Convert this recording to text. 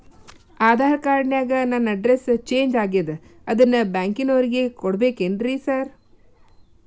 Aadhaar card ನ್ಯಾಗ ನನ್ address change ಆಗ್ಯಾದ ಅದನ್ನ ಬ್ಯಾಂಕಿನೊರಿಗೆ ಕೊಡ್ಬೇಕೇನ್ರಿ ಸಾರ್?